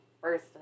first